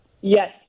Yes